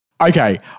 Okay